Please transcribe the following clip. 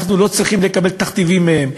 אנחנו לא צריכים לקבל תכתיבים מהם.